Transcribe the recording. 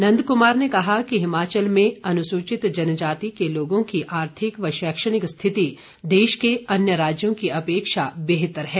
नंदकुमार ने कहा कि हिमाचल में अनुसूचित जनजाति के लोगों की आर्थिक व शैक्षणिक रिथिति देश के अन्य राज्यों की अपेक्षा बेहतर है